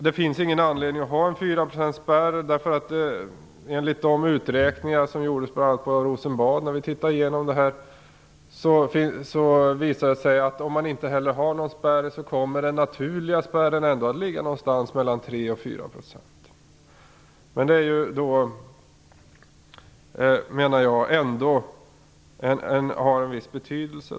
Det finns ingen anledning att ha en fyraprocentsspärr. De uträkningar som bl.a. gjordes på Rosenbad visade att den naturliga spärren ändå kommer att ligga någonstans mellan 3 och 4 %. Detta har en viss betydelse.